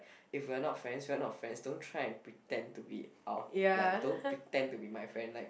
if we are not friends we are not friends don't try and pretend to be uh like don't pretend to be my friend like